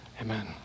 Amen